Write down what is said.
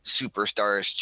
Superstars